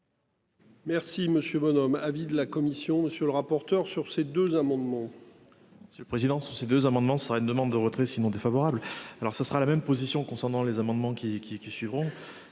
Merci Monsieur Bonhomme avis de la commission. Monsieur le rapporteur. Sur ces deux amendements. Monsieur le président. Sur ces deux amendements. Ça aurait une demande de retrait sinon défavorable. Alors ce sera la même position concernant les amendements qui qui est,